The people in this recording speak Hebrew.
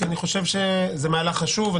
כי זה מהלך חשוב,